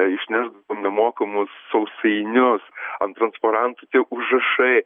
išneš nemokamus sausainius ant transparantų tie užrašai